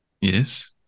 Yes